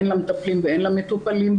הן למטפלים והן למטופלים,